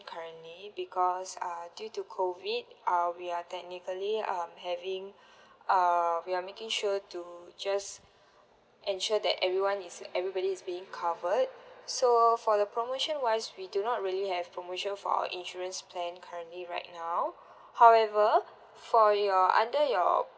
currently because uh due to COVID uh we are technically um having uh we're making sure to just ensure that everyone is everybody is being covered so for the promotion wise we do not really have promotion for our insurance plan currently right now however for your under your